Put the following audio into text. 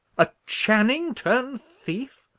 a channing turn thief!